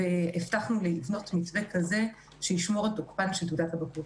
והבטחנו לבנות מתווה שישמור על תוקפן של תעודות הבגרות.